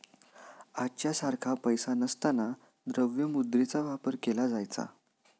आजच्या सारखा पैसा नसताना द्रव्य मुद्रेचा वापर केला जायचा